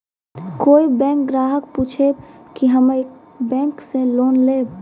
कोई बैंक ग्राहक पुछेब की हम्मे बैंक से लोन लेबऽ?